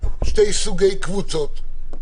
שני סוגים של קבוצות.